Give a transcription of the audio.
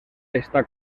està